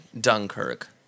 Dunkirk